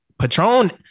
Patron